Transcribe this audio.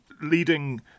leading